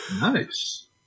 Nice